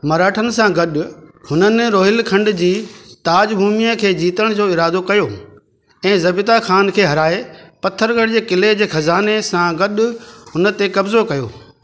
मराठनि सां गॾु हुननि रोहिलखंड जी ताज़ भूमिअ खे जीतण जो इरादो कयो ऐं ज़बीता खान खे हराए पत्थरगढ़ जे किले जे ख़ज़ाने सां गॾु उनते क़ब्ज़ो कयो